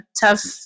tough